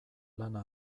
lana